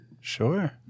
Sure